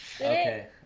Okay